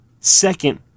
second